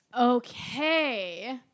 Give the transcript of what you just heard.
Okay